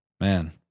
Man